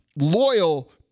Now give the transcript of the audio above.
loyal